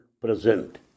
present